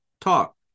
talk